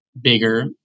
bigger